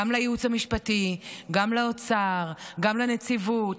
גם לייעוץ המשפטי, גם לאוצר, גם לנציבות.